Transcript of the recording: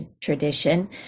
tradition